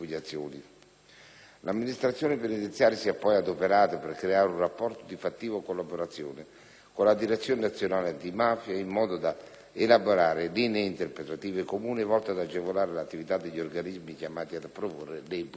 L'amministrazione penitenziaria si è poi adoperata per creare un rapporto di fattiva collaborazione con la Direzione nazionale antimafia, in modo da elaborare linee interpretative comuni, volte ad agevolare l'attività degli organismi chiamati a proporre le impugnazioni.